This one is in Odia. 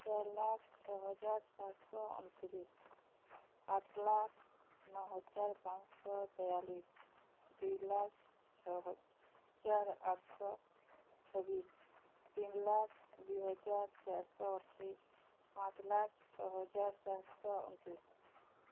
ଚାର୍ ଲାଖ୍ ଛଅ ହଜାର୍ ସାତ୍ଶ ଅନ୍ତିରିଶ ଆଠ୍ ଲାଖ୍ ନଅ ହଜାର୍ ପାଁଶ ତେୟାଲିଶ୍ ଦୁଇ ଲାଖ୍ ଛଅ ହଜାର୍ ଆଠ୍ଶହ ଛବିଶ୍ ତିନ୍ ଲାଖ୍ ଦୁଇ ହଜାର୍ ଚାର୍ଶହ ଅଠେଇଶ୍ ପାଞ୍ଚ୍ ଲାଖ୍ ଛଅ ହଜାର୍ ସାତ୍ଶହ ଅନ୍ତିରିଶ୍